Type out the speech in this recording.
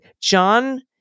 John—